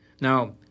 Now